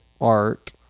art